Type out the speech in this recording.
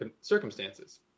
circumstances